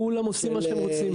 כולם עושים מה שהם רוצים.